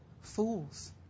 Fools